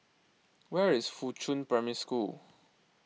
where is Fuchun Primary School